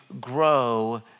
grow